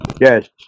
yes